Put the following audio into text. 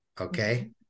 okay